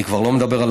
אני כבר לא מדבר על